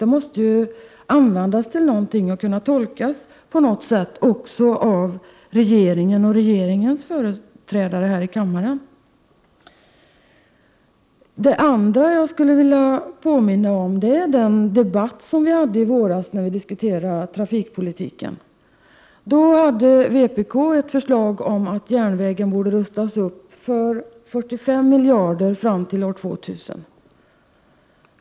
Det valresultatet måste användas till något och kunna 15 december 1988 IE = AE sätt också av regeringen och regeringens företrädare här i Miljöskatt på inrikes Jag skulle också vilja påminna om den debatt som vi hade i våras, då vi flygtrafik diskuterade trafikpolitiken. Då hade vpk ett förslag om att järnvägen borde rustas upp för 45 miljarder fram till år 2000.